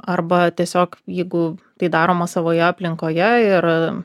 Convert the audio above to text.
arba tiesiog jeigu tai daroma savoje aplinkoje ir